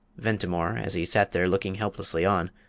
ventimore, as he sat there looking helplessly on,